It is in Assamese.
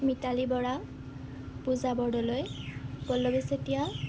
মিতালী বৰা পূজা বৰদলৈ পল্লৱী চেতিয়া